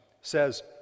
says